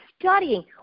studying